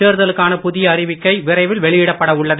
தேர்தலுக்கான புதிய அறிவிக்கை விரைவில் வெளியிடப்பட உள்ளது